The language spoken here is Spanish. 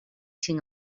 sin